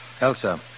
Elsa